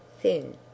Thin